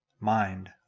Mind